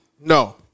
No